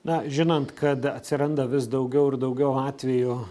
na žinant kad atsiranda vis daugiau ir daugiau atvejų